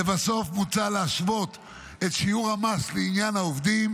לבסוף, מוצע להשוות את שיעור המס לעניין העובדים,